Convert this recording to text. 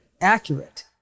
accurate